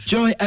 Joy